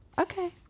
Okay